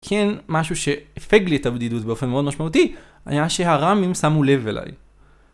כן, משהו שהפג לי את הבדידות באופן מאוד משמעותי, היה שהר"מים שמו לב אליי.